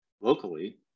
locally